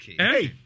Hey